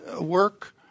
work